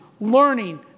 learning